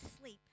sleep